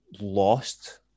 lost